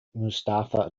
mustafa